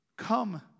Come